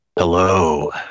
Hello